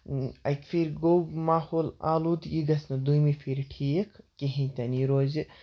اَکہِ پھِرِ گوٚو ماحول آلوٗد یہِ گژھِ نہٕ دوٚیمہِ پھِرِ ٹھیٖک کِہیٖنٛۍ تہِ نہٕ یہِ روزِ